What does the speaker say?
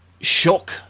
shock